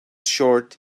short